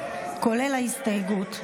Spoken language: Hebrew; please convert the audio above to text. כולל ההסתייגות.